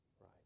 right